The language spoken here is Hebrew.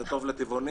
זה טוב לטבעונים.